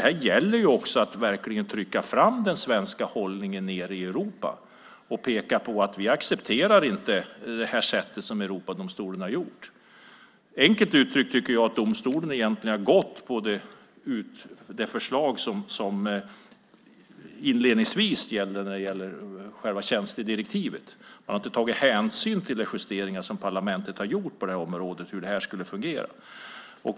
Här gäller det att verkligen trycka fram den svenska hållningen nere i Europa och peka på att vi inte accepterar det som EG-domstolen har gjort. Enkelt uttryckt tycker jag att domstolen egentligen har gått på det förslag som inledningsvis gällde när det gäller själva tjänstedirektivet. Man har inte tagit hänsyn till de justeringar som parlamentet har gjort på det här området gällande hur det här skulle fungera.